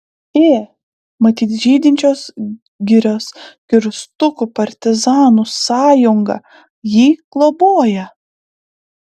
ė matyt žydinčios girios kirstukų partizanų sąjunga jį globoja